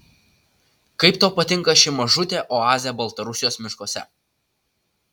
kaip tau patinka ši mažutė oazė baltarusijos miškuose